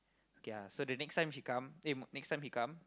okay ah so the next time she come eh next time he come